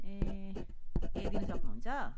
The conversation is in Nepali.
ए ए दिनु सक्नुहुन्छ